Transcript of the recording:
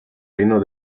reino